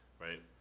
right